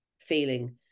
feeling